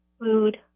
food